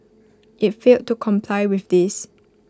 IT failed to comply with this